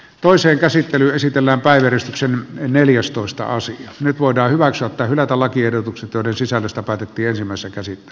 toisen käsittely esitellään välierissä neljästoista osa nyt voidaan hyväksyä tai hylätä lakiehdotukset joiden sisällöstä päätettiinsimma sekä syp